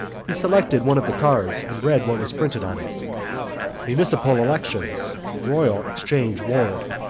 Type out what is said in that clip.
he selected one of the cards and read what was printed on it municipal elections royal exchange ward